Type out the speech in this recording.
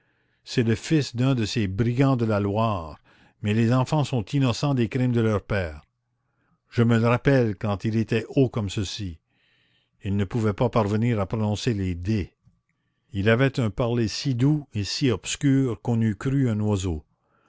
c'est le fils d'un de ces brigands de la loire mais les enfants sont innocents des crimes de leurs pères je me le rappelle quand il était haut comme ceci il ne pouvait pas parvenir à prononcer les d il avait un parler si doux et si obscur qu'on eût cru un oiseau